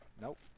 Nope